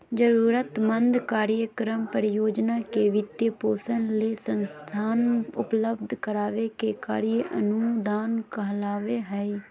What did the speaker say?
जरूरतमंद कार्यक्रम, परियोजना के वित्तपोषण ले संसाधन उपलब्ध कराबे के कार्य अनुदान कहलावय हय